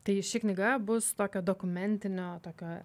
tai ši knyga bus tokio dokumentinio tokio